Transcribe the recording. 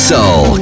Soul